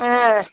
ஆ